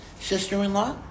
sister-in-law